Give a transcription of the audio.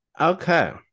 Okay